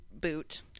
boot